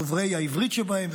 דוברי העברית שבהם,